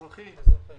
שמע אותנו, שמע אותם.